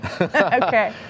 Okay